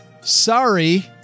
sorry